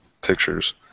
pictures